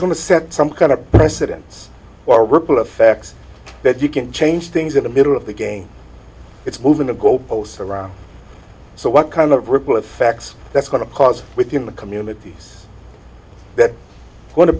going to set some kind of precedence for ripple effects that you can change things in the middle of the game it's moving the goalposts around so what kind of ripple effects that's going to cause within the communities that want